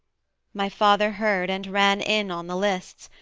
my father heard and ran in on the lists,